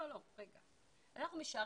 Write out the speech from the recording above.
אנחנו משערים,